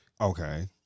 Okay